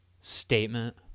statement